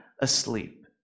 asleep